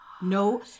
No